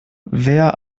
wer